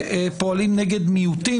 שפועלים נגד מיעוטים,